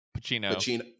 Pacino